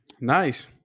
Nice